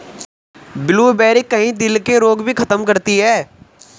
blueberry, कई दिल के रोग भी खत्म करती है